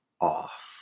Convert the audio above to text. off